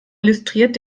illustriert